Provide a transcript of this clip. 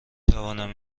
توانم